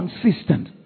consistent